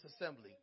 assembly